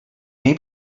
may